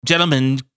Gentlemen